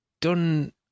done